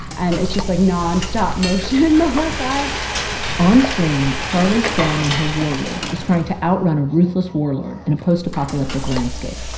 and it's just, like, nonstop motion the whole time on screen, charlize theron and her war rig was trying to outrun a ruthless warlord in a post-apocalyptic landscape.